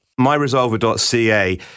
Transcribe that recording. MyResolver.ca